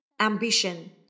ambition